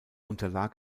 unterlag